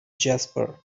jasper